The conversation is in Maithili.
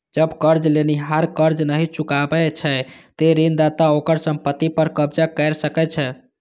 जब कर्ज लेनिहार कर्ज नहि चुका पाबै छै, ते ऋणदाता ओकर संपत्ति पर कब्जा कैर सकै छै